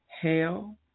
hail